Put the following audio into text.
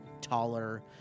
taller